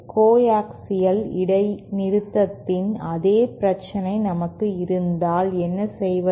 coaxial இடைநிறுத்தத்தின் அதே பிரச்சினை நமக்கு இருந்தால் என்ன செய்வது